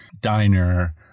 diner